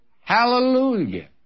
Hallelujah